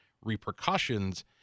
repercussions